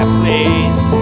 please